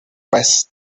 dressed